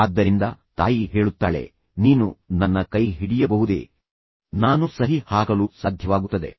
ಆದ್ದರಿಂದ ತಾಯಿ ಹೇಳುತ್ತಾಳೆ ನೀನು ನನ್ನ ಕೈ ಹಿಡಿಯಬಹುದೇ ನಾನು ಸಹಿ ಹಾಕಲು ಸಾಧ್ಯವಾಗುತ್ತದೆ